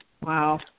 Wow